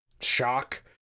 shock